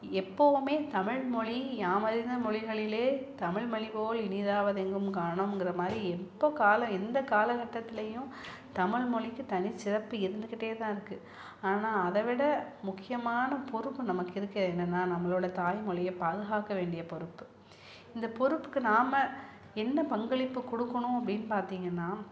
எப்போதுமே தமிழ்மொழி யாமறிந்த மொழிகளில் தமிழ்மொழி போல் இனிதாவதெங்கும் காணோம்ங்கிற மாதிரி இப்போ காலம் எந்த காலகட்டத்திலையும் தமிழ்மொழிக்கு தனி சிறப்பு இருந்துகிட்டே தான் இருக்குது ஆனால் அதை விட முக்கியமான பொறுப்பு நமக்கு இருக்கிறது என்னென்னால் நம்மளோடய தாய்மொழியை பாதுகாக்க வேண்டிய பொறுப்பு இந்த பொறுப்புக்கு நாம் என்ன பங்களிப்பு கொடுக்கணும் அப்படினு பார்த்திங்கன்னா